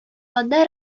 анда